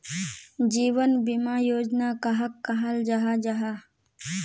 जीवन बीमा योजना कहाक कहाल जाहा जाहा?